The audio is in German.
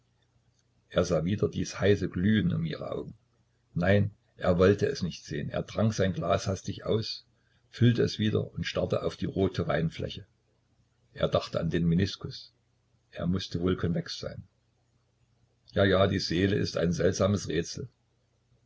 er sah wieder dies heiße glühen um ihre augen nein er wollte es nicht sehen er trank sein glas hastig aus füllte es wieder und starrte auf die rote weinfläche er dachte an den meniskus er mußte wohl konvex sein ja ja die seele ist ein seltsames rätsel